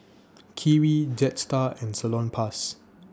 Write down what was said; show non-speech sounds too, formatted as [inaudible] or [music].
Kiwi Jetstar and Salonpas [noise]